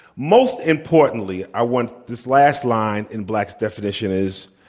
most importantly, i want this last line in black's definition is,